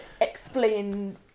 explain